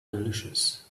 delicious